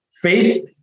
faith